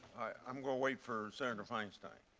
um will wait for senator feinstein.